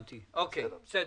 בסדר,